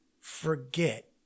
forget